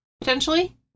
potentially